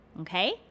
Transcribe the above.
Okay